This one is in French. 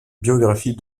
biographie